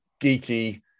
geeky